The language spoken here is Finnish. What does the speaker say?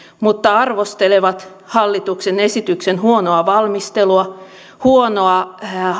mutta arvostelevat hallituksen esityksen huonoa valmistelua huonoa